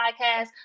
podcast